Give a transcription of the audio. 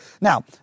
Now